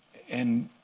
and